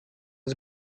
ist